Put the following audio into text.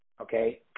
okay